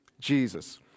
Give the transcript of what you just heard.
Jesus